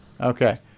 Okay